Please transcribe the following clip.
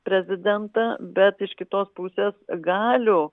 prezidentą bet iš kitos pusės galių